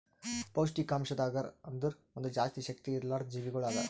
ಪೌಷ್ಠಿಕಾಂಶದ್ ಅಗರ್ ಅಂದುರ್ ಒಂದ್ ಜಾಸ್ತಿ ಶಕ್ತಿ ಇರ್ಲಾರ್ದು ಜೀವಿಗೊಳ್ ಅದಾ